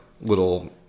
little